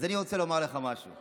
אז אני רוצה לומר לך משהו,